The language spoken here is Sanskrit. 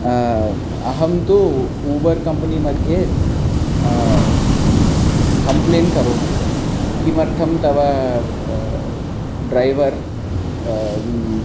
अहं तु ऊबर् कम्पनी मध्ये कम्प्लेण्ट् करोमि किमर्थं तव ड्रैवर्